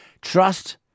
trust